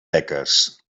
beques